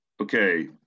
Okay